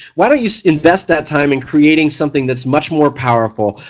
why don't you invest that time in creating something that's much more powerful,